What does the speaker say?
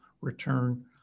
return